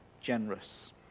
generous